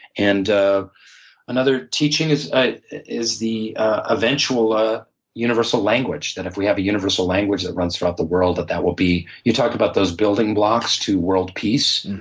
and ah another teaching is ah is the eventual ah universal language. that if we have a universal language that runs throughout the world, that that will be you talk about those building blocks to world peace,